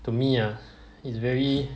to me ah it's very